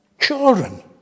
children